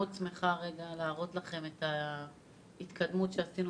מאוד שמחה להראות לכם את ההתקדמות שעשינו